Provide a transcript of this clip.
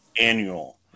annual